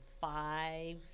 five